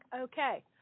Okay